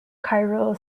chiral